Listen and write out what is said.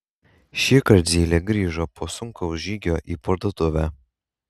šįkart zylė grįžo po sunkaus žygio į parduotuvę